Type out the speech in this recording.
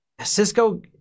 Cisco